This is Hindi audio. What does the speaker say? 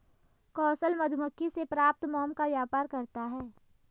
कौशल मधुमक्खी से प्राप्त मोम का व्यापार करता है